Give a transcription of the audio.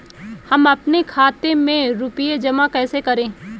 हम अपने खाते में रुपए जमा कैसे करें?